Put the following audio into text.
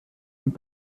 und